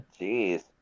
jeez